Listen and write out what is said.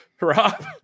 Rob